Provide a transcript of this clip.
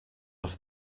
off